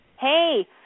Hey